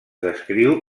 descriu